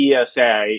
ESA